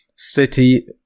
city